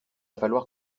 falloir